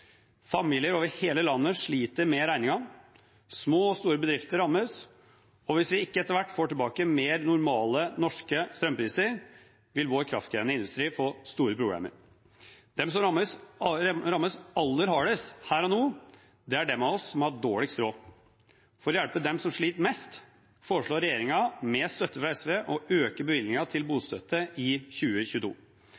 Familier over hele landet sliter med regningen. Små og store bedrifter rammes. Hvis vi ikke etter hvert får tilbake mer normale norske strømpriser, vil vår kraftkrevende industri få store problemer. De som rammes aller hardest her og nå, er de av oss som har dårligst råd. For å hjelpe dem som sliter mest, foreslår regjeringen, med støtte fra SV, å øke bevilgningene til